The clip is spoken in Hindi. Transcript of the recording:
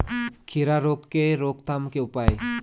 खीरा रोग के रोकथाम के उपाय?